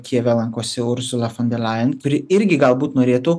kijeve lankosi ursula fon der lajen kuri irgi galbūt norėtų